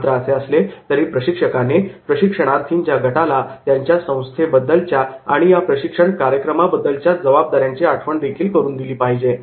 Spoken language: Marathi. मात्र असे जरी असले तरीही प्रशिक्षकाने प्रशिक्षणार्थींच्या गटाला त्यांच्या संस्थेबद्दलच्या आणि या प्रशिक्षण कार्यक्रमातबद्दलच्या जवाबदाऱ्यांची आठवण करून दिली पाहिजे